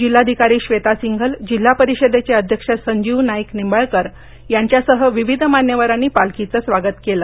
जिल्हाधिकारी ब्रेता सिंघल जिल्हा परिषदेचे अध्यक्ष संजीव नाईक निंबाळकर यांच्यासह विविध मान्यवरांनी पालखीचं स्वागत केलं